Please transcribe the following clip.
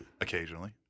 occasionally